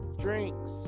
drinks